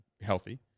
healthy